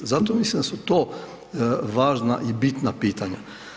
Zato mislim da su to važna i bitna pitanja.